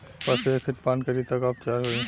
पशु एसिड पान करी त का उपचार होई?